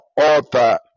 author